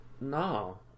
no